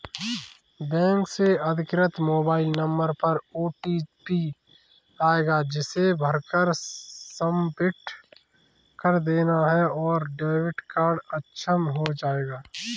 bank से अधिकृत mobile number पर ओटीपी आएगा जिसे भरकर सबमिट कर देना है और डेबिट कार्ड अक्षम हो जाएगा